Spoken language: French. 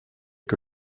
que